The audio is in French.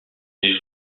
des